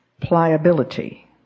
pliability